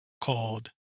called